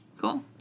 cool